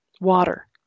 Water